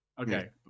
Okay